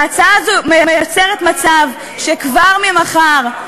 ההצעה הזאת מייצרת מצב שכבר ממחר,